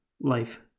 Life